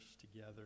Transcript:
together